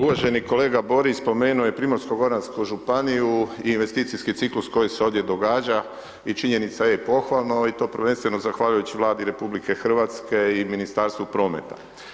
Uvaženi kolega Borić spomenuo je primorsko goransku županiju i investicijski ciklus koji se ovdje događa i činjenica je pohvalno i to prvenstveno zahvaljujući Vladi RH i Ministarstvu prometa.